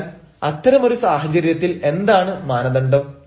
അതിനാൽ അത്തരം ഒരു സാഹചര്യത്തിൽ എന്താണ് മാനദണ്ഡം